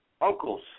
uncles